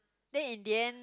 then in the end